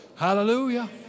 Hallelujah